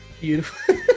Beautiful